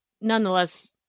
nonetheless